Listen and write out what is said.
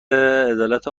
عدالت